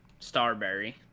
Starberry